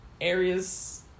areas